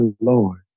Lord